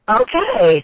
okay